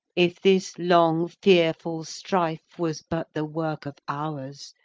if this long, fearful strife was but the work of hours,